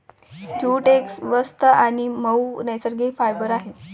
jute एक स्वस्त आणि मऊ नैसर्गिक फायबर आहे